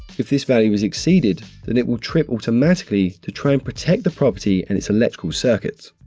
if this value is exceeded then it will trip automatically to try and protect the property and its electrical circuits.